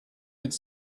could